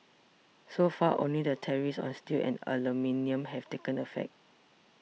so far only the tariffs on steel and aluminium have taken effect